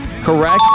Correct